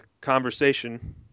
conversation